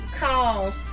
calls